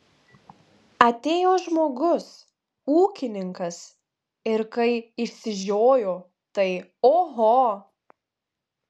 atėjo žmogus ūkininkas ir kai išsižiojo tai oho